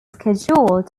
scheduled